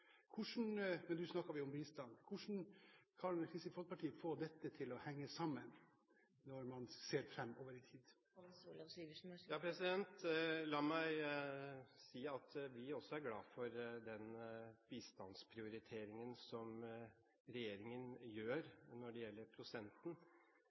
Hvordan – nå snakker vi om bistand – kan Kristelig Folkeparti få dette til å henge sammen, når man ser framover i tid? La meg si at vi også er glad for den bistandsprioriteringen som regjeringen